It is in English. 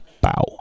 Bow